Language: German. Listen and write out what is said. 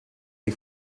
die